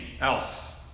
else